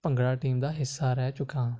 bhangra team ਦਾ ਹਿੱਸਾ ਰਹਿ ਚੁੱਕਾ ਹਾਂ